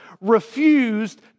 refused